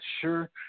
sure